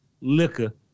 liquor